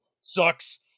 Sucks